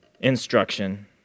instruction